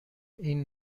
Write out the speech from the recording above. این